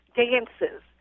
dances